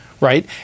right